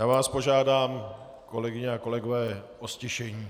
Já vás požádám, kolegyně a kolegové, o ztišení.